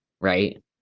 right